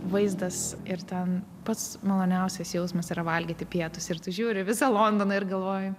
vaizdas ir ten pats maloniausias jausmas yra valgyti pietus ir tu žiūri į visą londoną ir galvoji